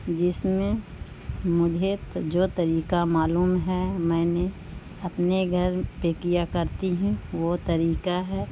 جس میں مجھے جو طریقہ معلوم ہے میں نے اپنے گھر پہ کیا کرتی ہوں وہ طریقہ ہے